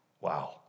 Wow